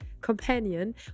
companion